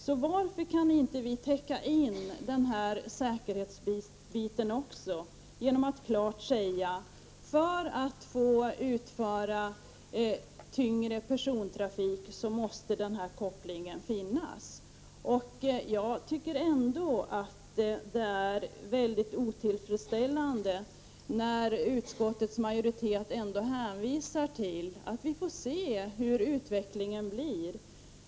Så varför inte täcka in den säkerhetsbiten också genom att klart säga att för att få utföra tyngre persontrafik måste den här kopplingen finnas? Jag tycker att det är väldigt otillfredsställande när utskottets majoritet hänvisar till att vi får se hur utvecklingen blir.